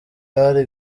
ahari